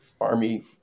army